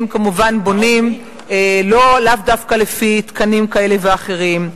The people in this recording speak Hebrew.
יבנה לפי התקינה שתיקבע.